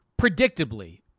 predictably